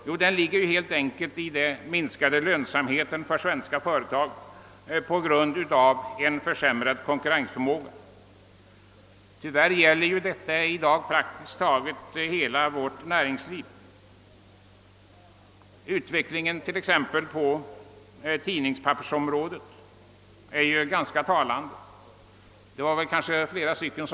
Jo, orsaken är helt enkelt den minskade lönsamheten för svenska företag på grund av en försämrad konkurrensförmåga, som tyvärr i dag gör sig gällande för praktiskt taget hela vårt näringsliv. Utvecklingen på tidningspappersområdet utgör härvidlag ett talande exempel.